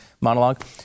monologue